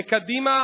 בקדימה